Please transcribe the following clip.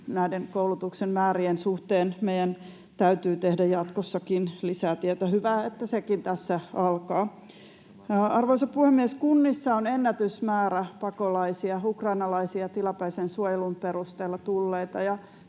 näiden koulutuksen määrien suhteen meidän täytyy tehdä jatkossakin lisää työtä, ja hyvä, että sekin tässä alkaa. Arvoisa puhemies! Kunnissa on ennätysmäärä pakolaisia, ukrainalaisia tilapäisen suojelun perusteella tulleita,